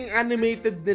animated